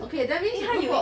okay that means